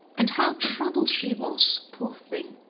and how troubled she was, poor thing!